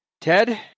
Ted